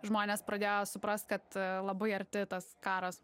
žmonės pradėjo suprast kad labai arti tas karas